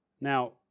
Now